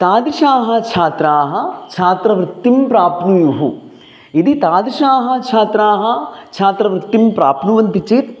तादृशाः छात्राः छात्रवृत्तिं प्राप्नुयुः यदि तादृशाः छात्राः छात्रवृत्तिं प्राप्नुवन्ति चेत्